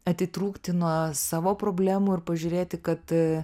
atitrūkti nuo savo problemų ir pažiūrėti kad